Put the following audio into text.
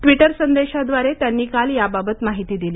Twitter संदेशाद्वारे त्यांनी काल याबाबत माहिती दिली